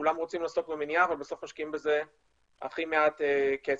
כולם רוצים לעסוק במניעה אבל בסוף משקיעים בזה הכי מעט כסף,